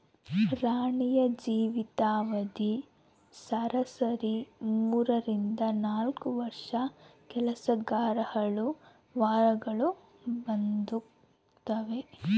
ರಾಣಿಯ ಜೀವಿತ ಅವಧಿ ಸರಾಸರಿ ಮೂರರಿಂದ ನಾಲ್ಕು ವರ್ಷ ಕೆಲಸಗರಹುಳು ವಾರಗಳು ಬದುಕ್ತಾವೆ